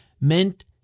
meant